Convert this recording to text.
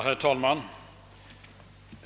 Herr talman!